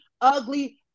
ugly